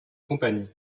compagnie